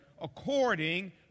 according